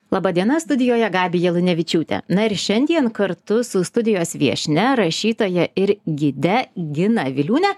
laba diena studijoje gabija lunevičiūtė na ir šiandien kartu su studijos viešnia rašytoja ir gide gina viliūne